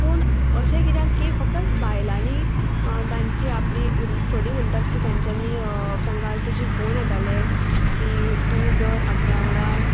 पूण अशें किद्याक की फक्त बायलांनी तांची आपली म्हण थोडी म्हणटात की तांच्यांनी तांकां तशें फोन येताले की तूं जर आपणा वांगडा